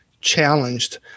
challenged